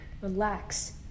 Relax